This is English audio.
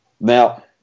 Now